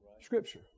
Scripture